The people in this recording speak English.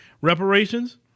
reparations